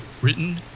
Written